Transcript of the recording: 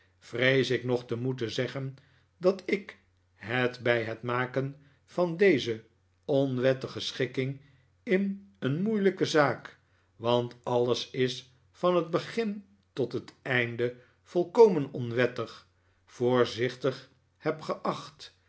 vrees ik nog te moeten zeggen dat ik het bij het maken van deze onwettige schikking in een moeilijke zaak want alles is van het begin tot het einde volkomen onwettig voorzichtig heb geacht